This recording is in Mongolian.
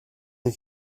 нэг